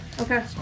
Okay